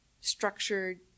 structured